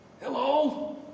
Hello